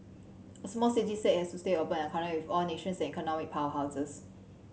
a small city state has to stay open and connect with all nations and economic powerhouses